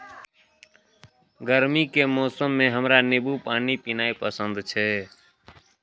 गर्मी के मौसम मे हमरा नींबू पानी पीनाइ पसंद छै